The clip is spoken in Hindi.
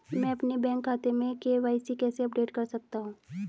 मैं अपने बैंक खाते में के.वाई.सी कैसे अपडेट कर सकता हूँ?